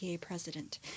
president